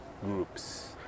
groups